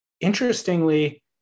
Interestingly